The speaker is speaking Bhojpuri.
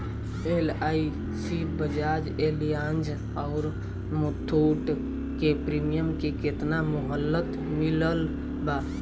एल.आई.सी बजाज एलियान्ज आउर मुथूट के प्रीमियम के केतना मुहलत मिलल बा?